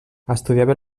estudiava